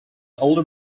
older